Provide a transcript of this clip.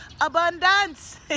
abundance